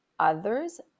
others